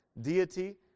deity